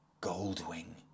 Goldwing